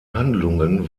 handlungen